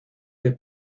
que